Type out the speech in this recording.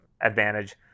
advantage